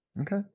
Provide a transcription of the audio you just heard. Okay